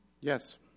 Yes